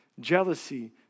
jealousy